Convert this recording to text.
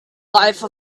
life